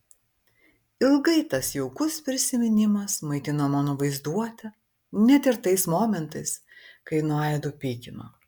ilgai tas jaukus prisiminimas maitino mano vaizduotę net ir tais momentais kai nuo aido pykino